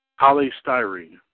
polystyrene